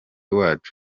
wacu